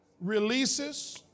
Releases